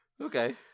Okay